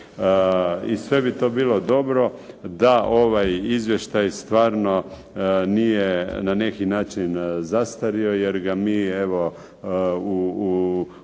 I sve bi to bilo dobro da ovaj izvještaj stvarno nije na neki način zastario, jer ga mi evo